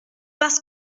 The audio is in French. parce